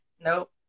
nope